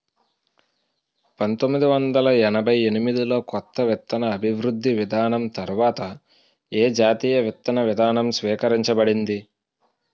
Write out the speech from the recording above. పంతోమ్మిది వందల ఎనభై ఎనిమిది లో కొత్త విత్తన అభివృద్ధి విధానం తర్వాత ఏ జాతీయ విత్తన విధానం స్వీకరించబడింది?